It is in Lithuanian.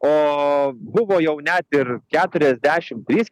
o buvo jau net ir keturiasdešimt trys